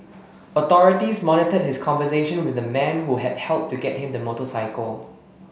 authorities monitored his conversation with the man who had helped to get him the motorcycle